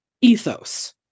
ethos